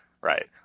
Right